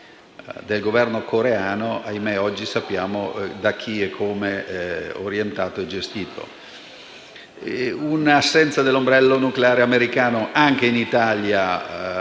del Governo coreano, che - ahimè - oggi sappiamo da chi e come è orientato e gestito. Un'assenza dell'ombrello nucleare americano provocherebbe